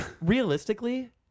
realistically